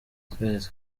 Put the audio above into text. twese